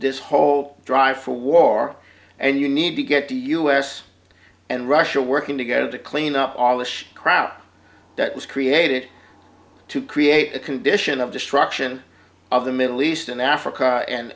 this whole drive for war and you need to get the u s and russia working together to clean up all the shit kraut that was created to create a condition of destruction of the middle east and africa and